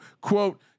quote